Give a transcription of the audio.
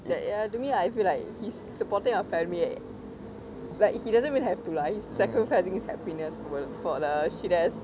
that ya to me I feel like he's supporting our family eh like he doesn't even have to lah he's sacrificing his happiness for the shit ass